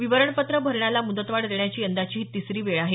विवरण पत्र भरण्याला मुदतवाढ देण्याची यंदाची ही तिसरी वेळ आहे